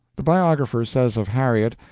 the biographer says of harriet,